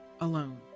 alone